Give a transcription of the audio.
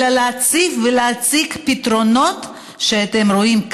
אלא להציף ולהציג פתרונות שאתם רואים,